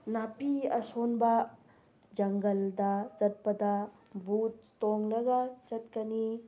ꯅꯥꯄꯤ ꯑꯁꯣꯡꯕ ꯖꯪꯒꯜꯗ ꯆꯠꯄꯗ ꯚꯨꯠ ꯇꯣꯡꯂꯒ ꯆꯠꯀꯅꯤ